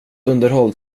underhåll